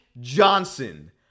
Johnson